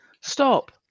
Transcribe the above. stop